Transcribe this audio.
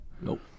Nope